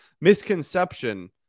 misconception